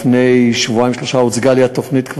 לפני שבועיים-שלושה כבר הוצגה לי התוכנית.